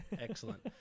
Excellent